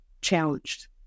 challenged